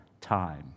time